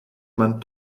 man